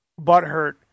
butthurt